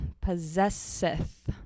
possesseth